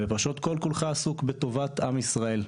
פשוט כל כולך עסוק בטובת עם ישראל.